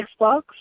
Xbox